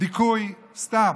דיכוי סתם.